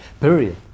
period